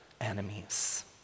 enemies